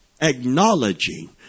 acknowledging